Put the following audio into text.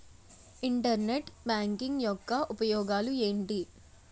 Internet banking యెక్క ఉపయోగాలు ఎంటి?